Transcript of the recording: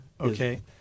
Okay